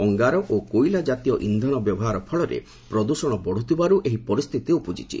ଅଙ୍ଗାର ଓ କୋଇଲା କାତୀୟ ଇନ୍ଧନ ବ୍ୟବହାର ଫଳରେ ପ୍ରଦୃଷଣ ବଢୁଥିବାରୁ ଏହି ପରିସ୍ଥିତି ଉପୁଜିଛି